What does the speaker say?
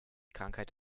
krankheit